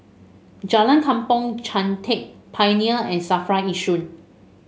Jalan Kampong Chantek Pioneer and Safra Yishun